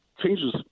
changes